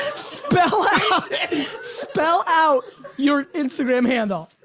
spell spell out your instagram handle.